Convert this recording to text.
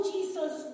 Jesus